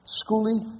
schooly